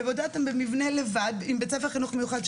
אלא לבודד אותם במבנה לבד עם בית ספר לחינוך מיוחד.